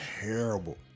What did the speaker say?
Terrible